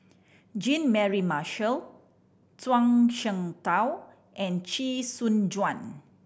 Jean Mary Marshall Zhuang Shengtao and Chee Soon Juan